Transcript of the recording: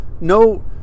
no